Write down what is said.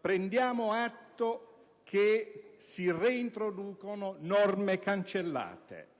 Prendiamo atto che si reintroducono norme cancellate,